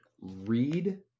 read